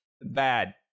Bad